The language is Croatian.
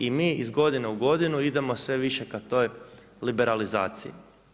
I mi iz godine u godinu idemo sve više ka toj liberalizaciji.